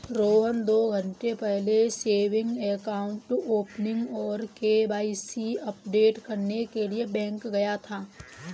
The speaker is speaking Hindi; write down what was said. रोहन दो घन्टे पहले सेविंग अकाउंट ओपनिंग और के.वाई.सी अपडेट करने के लिए बैंक गया था